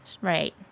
Right